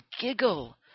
giggle